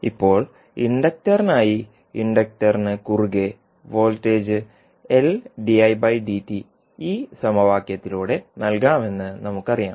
ഇപ്പോൾ ഇൻഡക്റ്ററിനായി ഇൻഡക്റ്ററിന് കുറുകെ വോൾട്ടേജ് ഈ സമവാക്യത്തിലൂടെ നൽകാമെന്ന് നമുക്കറിയാം